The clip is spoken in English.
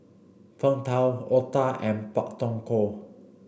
Png Tao Otah and Pak Thong Ko